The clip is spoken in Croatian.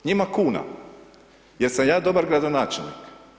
Njima kuna, jer sam ja dobar gradonačelnik.